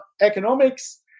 economics